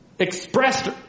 Expressed